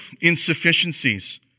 insufficiencies